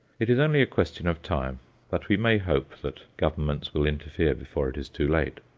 it is only a question of time but we may hope that governments will interfere before it is too late.